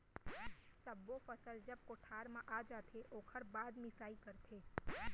सब्बो फसल जब कोठार म आ जाथे ओकर बाद मिंसाई करथे